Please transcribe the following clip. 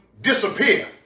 disappear